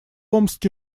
омске